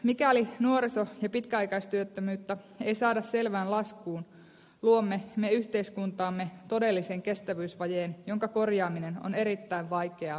mikäli nuoriso ja pitkäaikaistyöttömyyttä ei saada selvään laskuun luomme me yhteiskuntaamme todellisen kestävyysvajeen jonka korjaaminen on erittäin vaikeaa ja kallista